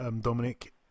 Dominic